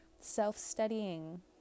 self-studying